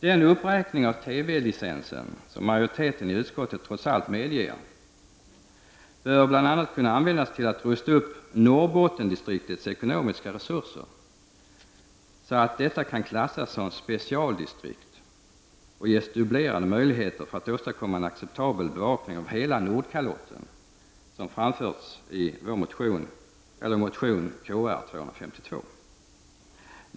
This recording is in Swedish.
Den uppräkning av TV-licensen som majoriteten i utskottet trots allt medger bör bl.a. kunna användas till att rusta upp Norrbottendistriktets ekonomiska resurser, så att detta kan klassas som specialdistrikt och ges dubblerade möjligheter för att åstadkomma en acceptabel bevakning av hela Nordkalotten, som föreslagits i motion Kr252.